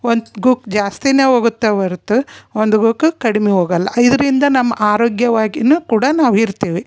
ಒಂದು ಗುಕ್ಕು ಜಾಸ್ತಿನೇ ಹೋಗುತ್ತ ಹೊರ್ತ ಒಂದು ಗುಕ್ಕು ಕಡಿಮೆ ಹೋಗಲ್ಲ ಇದರಿಂದ ನಮ್ಮ ಆರೋಗ್ಯವಾಗಿನೂ ಕೂಡ ನಾವು ಇರ್ತೀವಿ